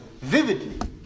vividly